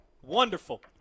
Wonderful